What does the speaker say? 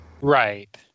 Right